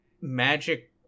magic